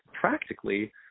practically